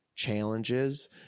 challenges